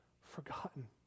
forgotten